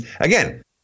Again